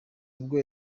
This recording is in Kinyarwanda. ubwo